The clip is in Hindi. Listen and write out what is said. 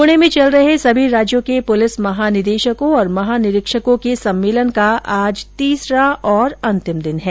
पूणे में चल रहे सभी राज्यों के पुलिस महानिदेशकों और महानिरीक्षकों के सम्मेलन का आज तीसरा और अंतिम दिन है